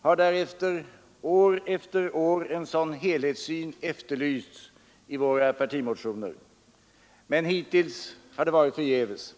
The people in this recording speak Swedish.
har därefter år efter år en sådan 5 helhetssyn efterlysts i våra partimotioner. Men hittills har det varit förgäves.